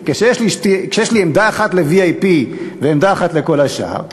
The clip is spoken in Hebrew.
כשיש לי עמדה אחת ל-VIP ועמדה אחת לכל השאר,